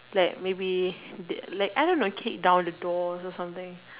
like maybe like I don't know kick down the door or something